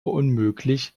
unmöglich